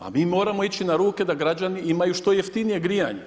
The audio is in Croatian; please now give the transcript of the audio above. A mi moramo ići na ruke da građani imaju što jeftinije grijanja.